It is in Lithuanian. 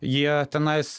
jie tenais